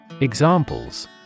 Examples